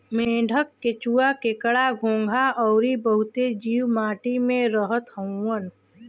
मेंढक, केंचुआ, केकड़ा, घोंघा अउरी बहुते जीव माटी में रहत हउवन